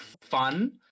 fun